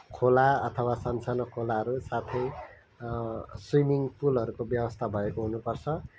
खोला अथवा सानो सानो खोलाहरू साथै स्विमिङ पुलहरूको व्यवस्था भएको हुनुपर्छ